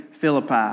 Philippi